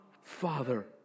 father